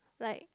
like